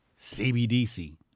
CBDC